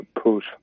push